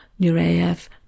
Nureyev